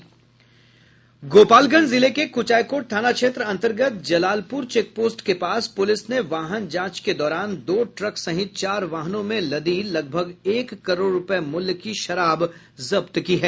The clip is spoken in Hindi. गोपालगंज जिले के कुचायकोट थाना क्षेत्र अंतर्गत जलालपुर चेक पोस्ट के पास पुलिस ने वाहन जांच के दौरान दो ट्रक सहित चार वाहनों में लदी लगभग एक करोड़ रुपये मूल्य की शराब जब्त की है